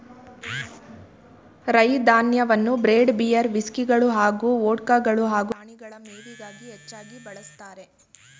ರೈ ಧಾನ್ಯವನ್ನು bread beer ವಿಸ್ಕಿಗಳು ಹಾಗೂ ವೊಡ್ಕಗಳು ಹಾಗೂ ಪ್ರಾಣಿಗಳ ಮೇವಿಗಾಗಿ ಹೆಚ್ಚಾಗಿ ಬಳಸ್ತಾರೆ